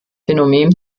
phänomen